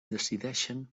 decideixen